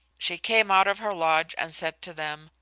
she came out of her lodge and said to them,